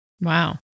Wow